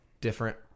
different